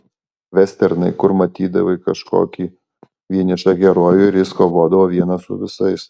vesternai kur matydavai kažkokį vienišą herojų ir jis kovodavo vienas su visais